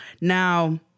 Now